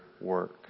work